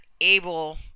able